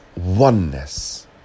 oneness